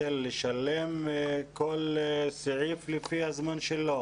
לשלם כל סעיף לפי הזמן שלו?